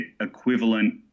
equivalent